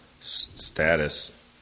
status